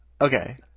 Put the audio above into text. Okay